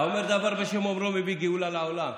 "האומר דבר בשם אומרו מביא גאולה לעולם".